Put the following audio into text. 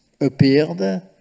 appeared